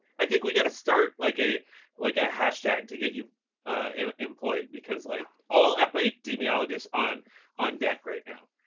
i think we've got to start like a like a hashtag to get you employed. because like all epidemiologists on on deck right now.